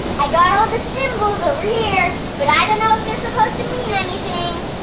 i got all the symbols over here, but i don't know if they're supposed to mean anything?